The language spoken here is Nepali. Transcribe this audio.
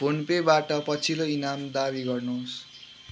फोन पेबाट पछिल्लो इनाम दावी गर्नुहोस्